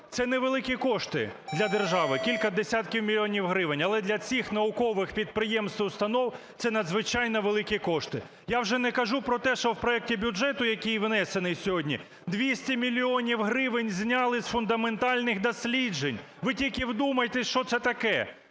Це не великі кошти для держави, кілька десятків мільйонів гривень, але для цих наукових підприємств і установ це надзвичайно великі кошти. Я вже не кажу про те, що в проекті бюджету, який внесений сьогодні, 200 мільйонів гривень зняли з фундаментальних досліджень. Ви тільки вдумайтесь, що це таке!